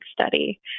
study